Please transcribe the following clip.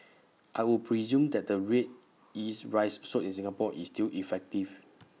I would presume that the Red Yeast Rice sold in Singapore is still effective